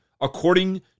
according